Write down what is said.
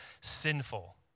sinful